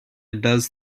does